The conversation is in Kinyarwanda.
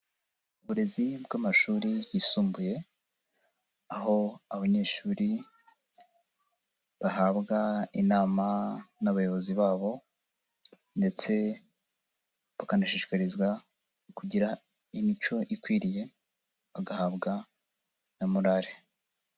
Uburezi bw'amashuri yisumbuye, aho abanyeshuri bahabwa inama n'abayobozi babo ndetse bakanashishikarizwa kugira imico ikwiriye, bagahabwa na morale.